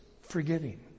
forgiving